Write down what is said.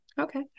Okay